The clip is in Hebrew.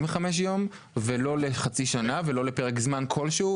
יום או חצי שנה ולא לפרק זמן כלשהו,